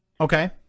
Okay